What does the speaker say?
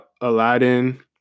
Aladdin